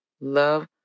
love